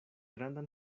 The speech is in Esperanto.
grandan